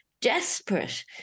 desperate